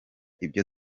ibyo